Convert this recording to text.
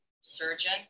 surgeon